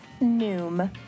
Noom